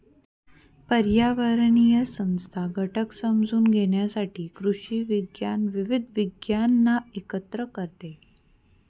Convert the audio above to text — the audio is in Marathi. पर्यावरणीय संस्था घटक समजून घेण्यासाठी कृषी विज्ञान विविध विज्ञानांना एकत्र करते